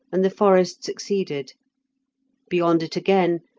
and the forest succeeded beyond it again,